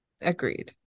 Agreed